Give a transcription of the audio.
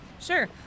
Sure